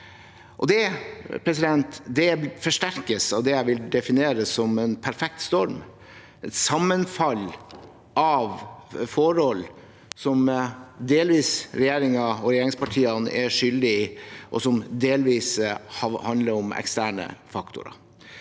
definere som en perfekt storm, et sammenfall av forhold som delvis regjeringen og regjeringspartiene er skyldige i, og som delvis handler om eksterne faktorer.